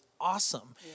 awesome